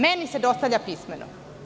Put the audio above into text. Meni se dostavlja pismeno.